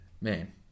man